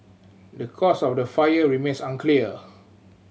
the cause of the fire remains unclear